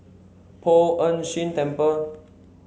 Poh Ern Shih Temple